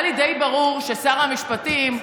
היה לי די ברור ששר המשפטים,